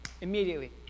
immediately